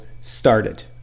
started